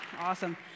Awesome